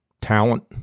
talent